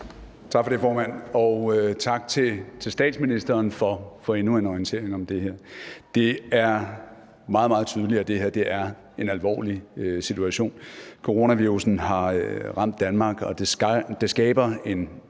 Tak for det, formand. Og tak til statsministeren for endnu en orientering om det her. Det er meget, meget tydeligt, at det her er en alvorlig situation. Coronavirussen har ramt Danmark, og det skaber en